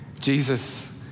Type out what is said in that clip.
Jesus